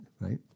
right